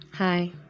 hi